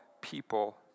people